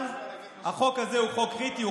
אבל החוק הזה הוא חוק קריטי,